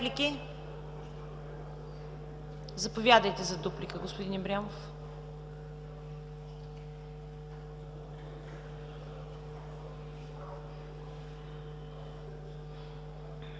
реплики? Заповядайте, за дуплика, господин Ибрямов.